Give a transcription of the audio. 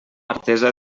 artesa